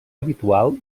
habitual